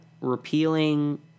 Repealing